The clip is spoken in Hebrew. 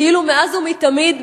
כאילו מאז ומתמיד,